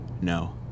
No